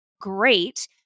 great